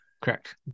Correct